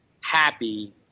happy